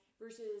versus